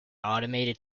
automated